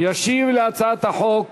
ישיב על הצעת החוק